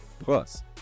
Plus